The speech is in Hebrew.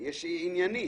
היא עניינית.